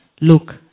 Look